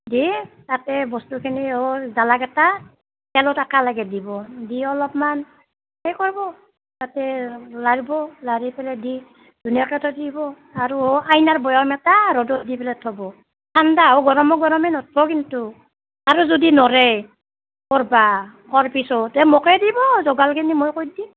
দি তাতে বস্তুখিনি অঁ জলা কেটা তেলত একেলগে দিব দি অলপমাণ সেইকৰবো তাতে লাৰিব লাৰি ফেলে দি ধুনীয়াকৈ থৈ দিব আৰু অ' আইনাৰ বয়াম এটা ৰ'দত দি ফেলে থ'ব ঠাণ্ডা হে গৰমক গৰমে নথব কিন্তু আৰু জদি নৰে কৰিব কোৰ পিছত এ মোকে দিব জোগাৰ খিনি মই কৰি দিম